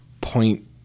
point